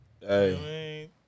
Hey